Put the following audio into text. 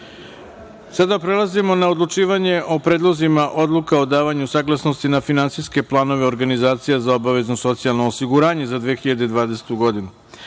prelazimo na odlučivanje o predlozima odluka o davanju saglasnosti na finansijske planove organizacija za obavezno socijalno osiguranje za 2020.